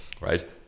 Right